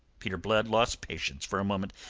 peter blood lost patience for a moment.